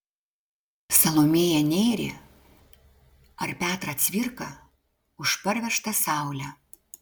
salomėją nėrį ar petrą cvirką už parvežtą saulę